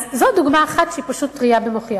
אז זו דוגמה אחת טרייה במוחי,